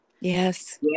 Yes